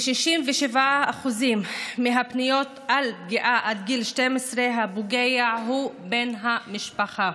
ב-67% מהפניות על פגיעה עד גיל 12 הפוגע הוא בן המשפחה,